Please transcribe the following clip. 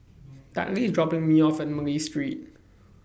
Dudley IS dropping Me off At Malay Street